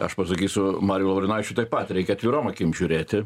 aš pasakysiu mariui laurinavičiui taip pat reikia atvirom akim žiūrėti